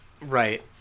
right